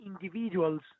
individuals